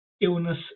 illness